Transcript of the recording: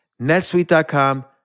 netsuite.com